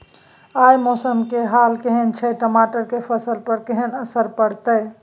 आय मौसम के हाल केहन छै टमाटर के फसल पर केहन असर परतै?